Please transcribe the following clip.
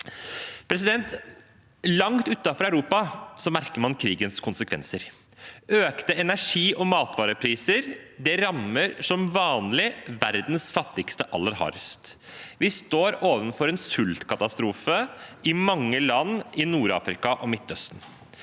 dette. Langt utenfor Europa merker man krigens konsekvenser. Økte energi- og matvarepriser rammer som vanlig verdens fattigste aller hardest. Vi står overfor en sultkatastrofe i mange land i Nord-Afrika og Midtøsten.